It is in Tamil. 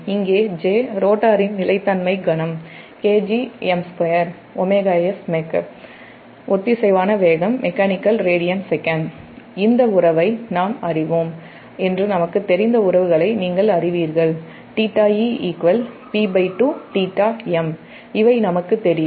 இங்கேJ Jரோட்டரின் நிலைமத்தின் கணம் ωs mech ஒத்திசைவான வேகம் mechanical radsec நமக்குத் தெரிந்த உறவுகளை நீங்கள் அறிவீர்கள்θe இவை நமக்குத் தெரியும்